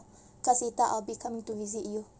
cause later I'll be coming to visit you